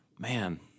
Man